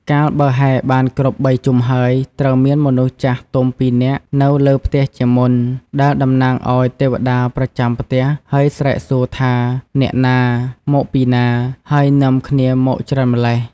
កាលបើហែបានគ្រប់បីជុំហើយ ត្រូវមានមនុស្សចាស់ទុំពីរនាក់នៅលើផ្ទះជាមុន ដែលតំណាងឲ្យទេវតាប្រចាំផ្ទះ ហើយស្រែសួរថា "អ្នកណា ? មកពីណា ? ហើយនាំគ្នាមកច្រើនម៉្លេះ ?។